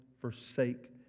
forsake